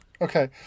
okay